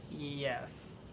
Yes